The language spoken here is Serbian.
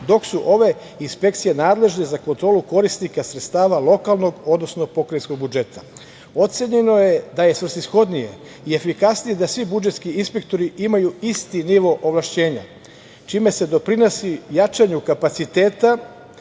dok su ove inspekcije nadležne za kontrolu korisnika sredstava lokalnog, odnosno pokrajinskog budžeta. Ocenjeno je da je svrsishodnije i efikasnije da svi budžetski inspektori imaju isti nivo ovlašćenja, čime se doprinosi jačanju kapaciteta